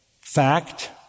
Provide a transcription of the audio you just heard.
fact